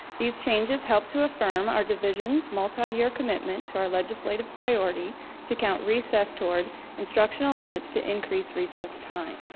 these changes help to affirm our division's multi-year commitment to our legislative priority to count recess toward instructional minutes to increase recess time.